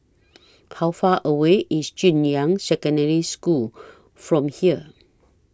How Far away IS Junyuan Secondary School from here